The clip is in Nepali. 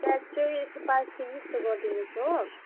प्याज चाहिँ यसो पाँच केजी जस्तो गरिदिनुहोस् हो